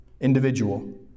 individual